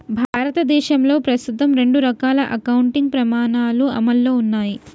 భారతదేశంలో ప్రస్తుతం రెండు రకాల అకౌంటింగ్ ప్రమాణాలు అమల్లో ఉన్నయ్